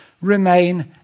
remain